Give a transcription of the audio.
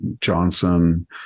johnson